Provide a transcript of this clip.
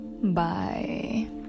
Bye